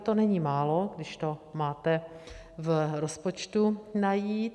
To není málo, když to máte v rozpočtu najít.